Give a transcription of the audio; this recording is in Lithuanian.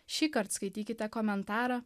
šįkart skaitykite komentarą